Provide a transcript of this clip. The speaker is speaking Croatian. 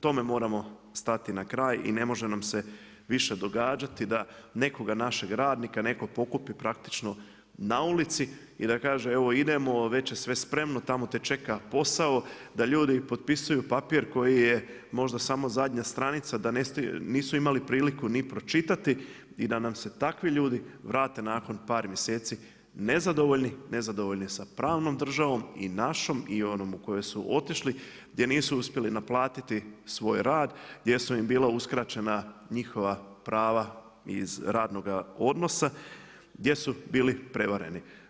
Tome moramo stati na kraj i ne može nam se više događati da nekoga našeg radnika netko pokupi praktično na ulici i da kaže evo idemo, već je sve spremno, tamo te čeka posao da ljudi potpisuju papir koji je možda samo zadnja stranica da nisu imali priliku ni pročitati i da nam se takvi ljudi vrate nakon par mjeseci nezadovoljni, nezadovoljni sa pravnom državom i našom i onom u koju su otišli gdje nisu uspjeli naplatiti svoj rad, gdje su im bila uskraćena njihova prava iz radnoga odnosa, gdje su bili prevareni.